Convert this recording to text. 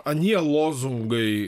anie lozungai